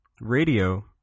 radio